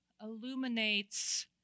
illuminates